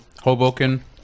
Hoboken